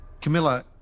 Camilla